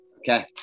Okay